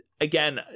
Again